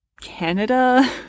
Canada